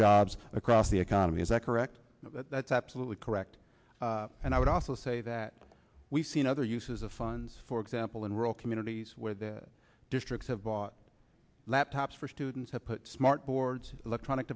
jobs across the economy is that correct that's absolutely correct and i would also say that we've seen other uses of funds for example in rural communities where the districts have bought laptops for students have put smart boards electronic